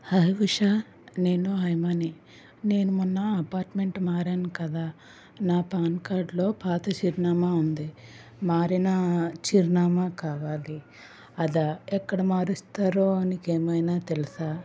high Usha నేను హైమాని నేను మొన్న అపార్ట్మెంట్ మారాను కదా నా పాన్ కార్డులో పాత చిరునామా ఉంది మారిన చిరునామా కావాలి అదా ఎక్కడ మారుస్తారో నీకేమైనా తెలుసా